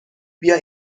بیا